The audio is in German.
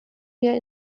wir